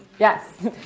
Yes